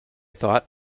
thought